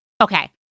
Okay